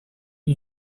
you